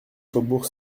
faubourg